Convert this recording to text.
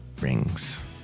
rings